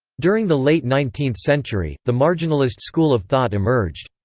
during the late nineteenth century, the marginalist school of thought emerged.